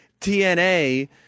TNA